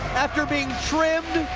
after being trimmed,